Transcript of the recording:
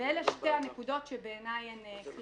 אלה שתי הנקודות שבעיניי הן קריטיות.